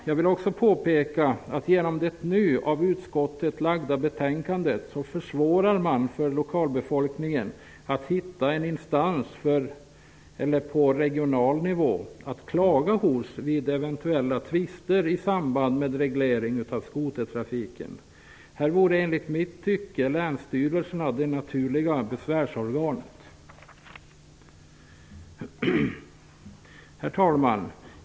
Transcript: Jag vill också påpeka att man genom utskottets betänkande försvårar för lokalbefolkningen att hitta en instans på regional nivå att klaga hos vid eventuella tvister i samband med reglering av skotertrafiken. Här vore länsstyrelsen, enligt mitt tycke, det naturliga besvärsorganet. Herr talman!